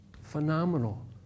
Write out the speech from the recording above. Phenomenal